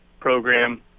program